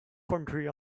country